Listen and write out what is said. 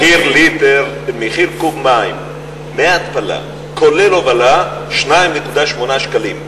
מחיר קוב מים, מי התפלה, כולל הובלה, 2.8 שקלים.